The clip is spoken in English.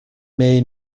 may